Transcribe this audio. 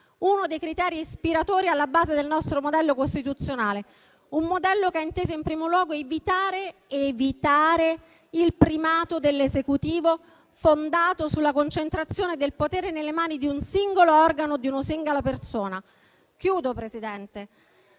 uno dei criteri ispiratori di base del nostro modello costituzionale, un modello che ha inteso in primo luogo evitare il primato dell'Esecutivo fondato sulla concentrazione del potere nelle mani di un solo organo o di una sola persona (...). Se questo